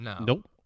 nope